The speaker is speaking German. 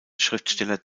schriftsteller